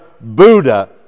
Buddha